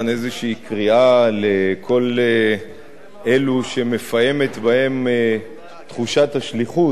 איזו קריאה לכל אלו שמפעמת בהם תחושת השליחות,